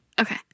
okay